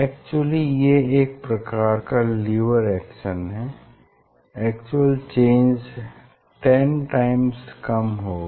actually ये एक प्रकार का लीवर एक्शन है एक्चुअल चेंज 10 टाइम्स कम होगा